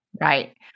Right